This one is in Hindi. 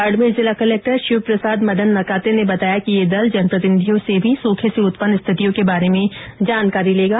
बाडमेर जिला कलक्टर शिव प्रसाद मदन नकाते ने बताया कि यह दल जनप्रतिनिधियों से भी सूखे से उत्पन्न स्थितियों क बारे में भी जानकारी लेगा